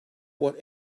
what